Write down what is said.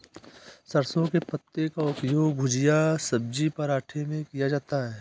सरसों के पत्ते का उपयोग भुजिया सब्जी पराठे में किया जाता है